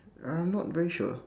I'm not very sure